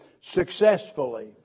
successfully